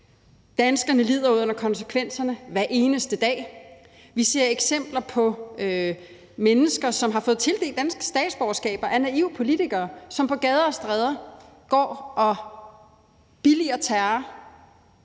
Danskerne lider under konsekvenserne hver eneste dag. Vi ser eksempler på mennesker, som har fået tildelt dansk statsborgerskab af naive politikere, og som på gader og stræder går og billiger terror